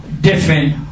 different